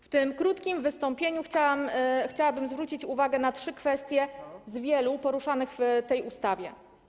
W tym krótkim wystąpieniu chciałabym zwrócić uwagę na trzy kwestie z wielu poruszanych w tej ustawie.